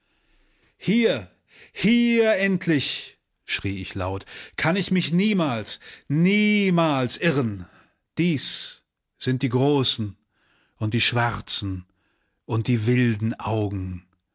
hier hier endlich schrie ich laut kann ich mich niemals niemals irren dies sind die großen und die schwarzen und die wilden augen